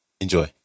Enjoy